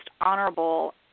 honorable